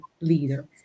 leader